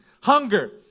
hunger